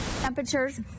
Temperatures